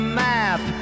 map